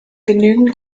genügend